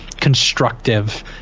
constructive